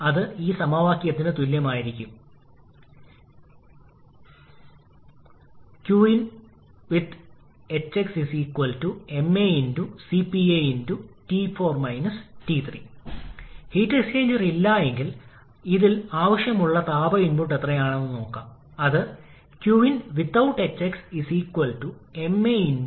അതേസമയം ഉയർന്ന മർദ്ദമുള്ള ടർബൈനിൽ നിന്നുള്ള എക്സ്ഹോസ്റ്റ് എൽപി ടർബൈനിലെ ലോ പ്രഷർ ടർബൈനിലേക്ക് വിതരണം ചെയ്യുന്നു അതിനുള്ള വർക്ക് ഔട്ട്പുട്ട് ലഭിക്കുന്നതിന് ജനറേറ്ററിൽ ഘടിപ്പിച്ചിരിക്കുന്നതും ഇതാണ്